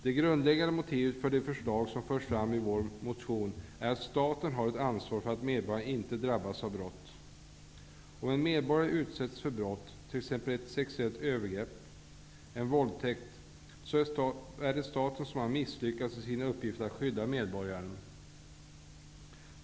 Det grundläggande motivet för de förslag som förs fram i vår motion är att staten har ett ansvar för att medborgarna inte drabbas av brott. Om en medborgare utsätts för brott, t.ex. ett sexuellt övergrepp, en våldtäkt, är det staten som har misslyckats i sin uppgift att skydda medborgaren.